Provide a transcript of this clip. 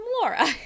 Laura